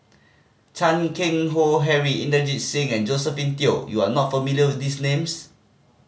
Chan Keng Howe Harry Inderjit Singh and Josephine Teo you are not familiar with these names